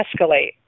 escalate